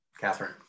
Catherine